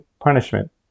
punishment